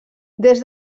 des